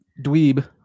dweeb